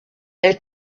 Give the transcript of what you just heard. elle